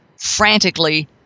frantically